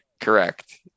correct